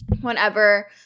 whenever